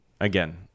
Again